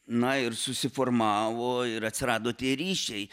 na ir susiformavo ir atsirado tie ryšiai